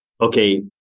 okay